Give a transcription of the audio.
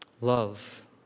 love